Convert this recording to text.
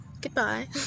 Goodbye